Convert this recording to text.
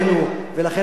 ולכן אני אומר,